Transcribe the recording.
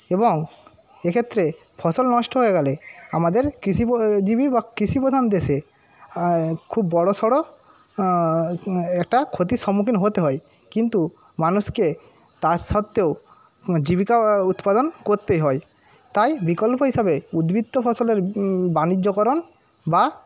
এবং এক্ষেত্রে ফসল নষ্ট হয়ে গেলে আমাদের কৃষি জীবী বা কৃষিপ্রধান দেশে খুব বড়োসড়ো একটা ক্ষতির সম্মুখীন হতে হয় কিন্তু মানুষকে তার সত্ত্বেও জীবিকা উৎপাদন করতে হয় তাই বিকল্প হিসাবে উদ্বৃত্ত ফসলের বাণিজ্যকরণ বা